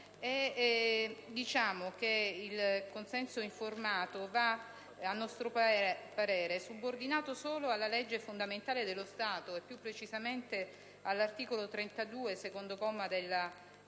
e riteniamo che il consenso informato, a nostro parere, vada subordinato solo alla legge fondamentale dello Stato e, più precisamente, all'articolo 32, secondo comma, della Costituzione.